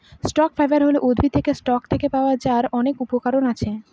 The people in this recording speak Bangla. স্টক ফাইবার হল উদ্ভিদের স্টক থেকে পাওয়া যার অনেক উপকরণ আছে